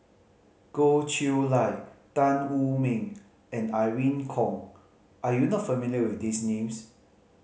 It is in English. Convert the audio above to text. Goh Chiew Lye Tan Wu Meng and Irene Khong are you not familiar with these names